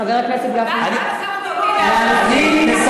ריבונו של